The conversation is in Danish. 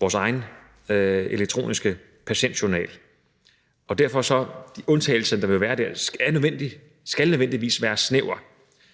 vores egen – elektroniske patientjournal. Derfor skal undtagelserne, der dér vil være nødvendige, nødvendigvis være snævre,